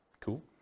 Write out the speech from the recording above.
Cool